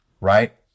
right